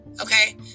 Okay